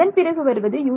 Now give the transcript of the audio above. அதன் பிறகு வருவது U3